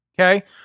Okay